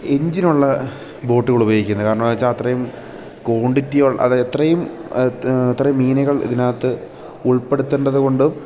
എഞ്ചിനുള്ള ബോട്ടുകൾ ഉപയോഗിക്കുന്നത് കാരണം എന്നു വെച്ചാൽ അത്രയും ക്വാണ്ടിറ്റി അത് എത്രയും എത്രയും മീനുകൾ ഇതിനകത്ത് ഉൾപ്പെടുത്തേണ്ടതുകൊണ്ടും